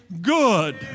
good